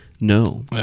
No